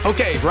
Okay